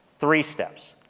three steps.